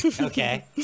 Okay